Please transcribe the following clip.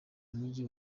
muji